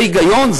זה היגיון?